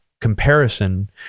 comparison